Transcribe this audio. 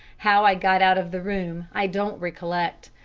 how i got out of the room i don't recollect.